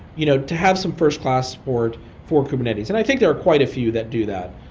you know to have some first-class support for kubernetes. and i think there are quite a few that do that.